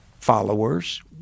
Followers